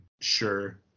Sure